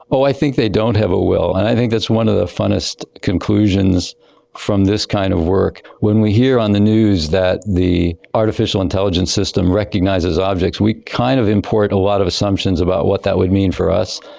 but i think they don't have a will and i think that's one of the funnest conclusions from this kind of work. when we hear on the news that the artificial intelligence system recognises objects, we kind of import a lot of assumptions about what that would mean for us.